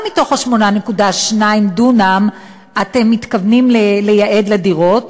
מ-8.2 הדונם אתם מתכוונים לייעד לדירות?